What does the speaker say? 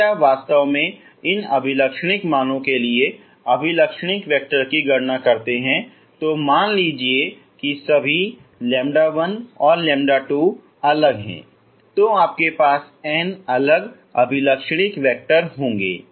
यदि आप वास्तव में इन अभिलक्षणिक मानों के लिए अभिलक्षणिक वैक्टर की गणनाकरते हैं तो मान लीजिए कि सभी λ1 λ2 अलग हैं तो आपके पास n अलग अभिलक्षणिक वैक्टर होंगे